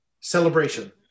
celebration